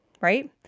right